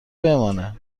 بمانه